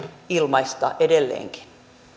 ilmaista edelleenkin